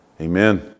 amen